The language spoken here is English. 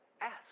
Ask